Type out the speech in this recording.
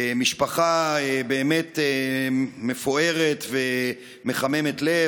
משפחה באמת מפוארת ומחממת לב,